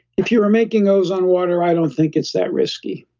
if you were making ozone water, i don't think it's that risky.